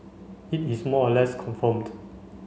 it is more or less confirmed